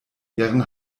ihren